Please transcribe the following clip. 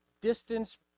distance